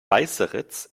weißeritz